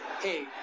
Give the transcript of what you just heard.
Hey